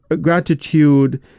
gratitude